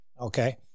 Okay